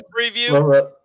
preview